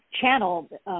channel